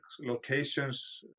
locations